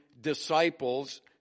disciples